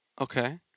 Okay